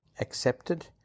accepted